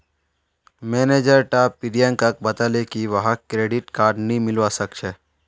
manager टा प्रियंकाक बताले की वहाक क्रेडिट कार्ड नी मिलवा सखछे